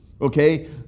Okay